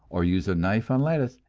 or use a knife on lettuce,